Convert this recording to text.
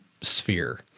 sphere